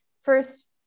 first